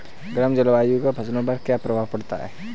गर्म जलवायु का फसलों पर क्या प्रभाव पड़ता है?